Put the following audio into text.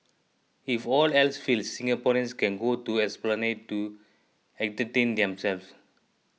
if all else fails Singaporeans can go to Esplanade to entertain themselves